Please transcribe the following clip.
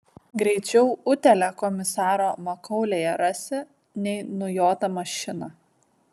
greičiau utėlę komisaro makaulėje rasi nei nujotą mašiną